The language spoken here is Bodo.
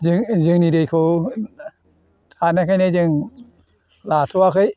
जों जोंनि दैखौ थानायखायनो जों लाथ'वाखै